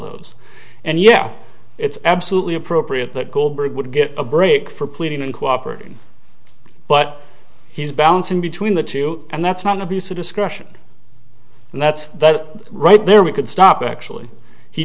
those and yeah it's absolutely appropriate that goldberg would get a break for pleading and cooperating but he's bouncing between the two and that's not an abuse of discretion and that's that right there we could stop actually he